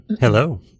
Hello